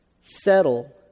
Settle